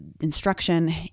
instruction